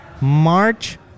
March